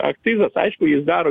akcizas aišku jis daro